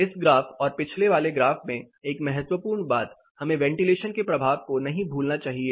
इस ग्राफ और पिछले वाले ग्राफ में एक महत्वपूर्ण बात हमें वेंटीलेशन के प्रभाव को नहीं भूलना चाहिए